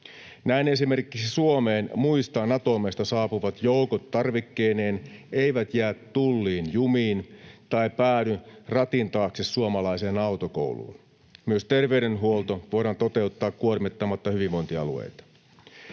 Näin esimerkiksi Suomeen muista Nato-maista saapuvat joukot tarvikkeineen eivät jää tulliin jumiin tai päädy ratin taakse suomalaiseen autokouluun. Myös terveydenhuolto voidaan toteuttaa kuormittamatta hyvinvointialueita.